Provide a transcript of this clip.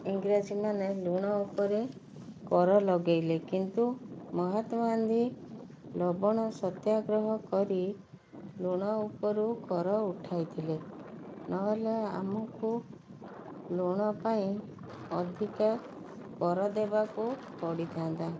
ଇଂରାଜୀମାନେ ଲୁଣ ଉପରେ କର ଲଗେଇଲେ କିନ୍ତୁ ମହାତ୍ମାଗାନ୍ଧି ଲବଣ ସତ୍ୟାଗ୍ରହ କରି ଲୁଣ ଉପରୁ କର ଉଠାଇଥିଲେ ନହେଲେ ଆମକୁ ଲୁଣ ପାଇଁ ଅଧିକା କର ଦେବାକୁ ପଡ଼ିଥାନ୍ତା